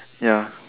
ya